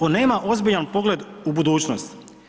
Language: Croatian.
On nema ozbiljan pogled u budućnost.